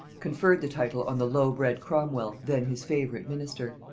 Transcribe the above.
conferred the title on the low-bred cromwel, then his favorite minister.